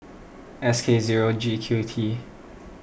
S K zero G Q T